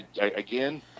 again